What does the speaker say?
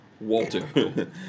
walter